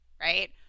right